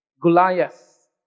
Goliath